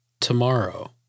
tomorrow